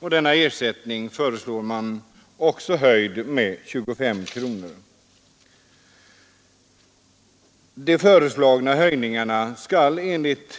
Också denna ersättning föreslås nu höjd med 25 kronor. De föreslagna höjningarna skall enligt